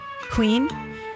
Queen